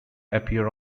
appear